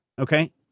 Okay